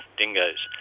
dingoes